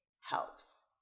helps